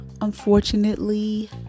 unfortunately